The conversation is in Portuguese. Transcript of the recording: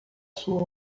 sua